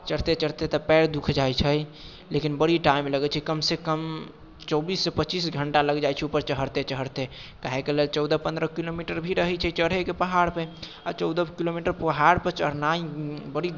चढ़िते चढ़िते तऽ पएर दुखि जाइत छै लेकिन बड़ी टाइम लगैत छै कमसँ कम चौबीससँ पच्चीस घण्टा लागि जाइत छै ऊपर चढ़िते चढ़िते काहेके लेल चौदह पन्द्रह किलोमीटर भी रहैत छै चढ़ैके पहाड़पे आ चौदह किलोमीटर पहाड़पर चढ़नाइ बड़ी